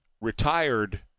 retired